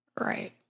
Right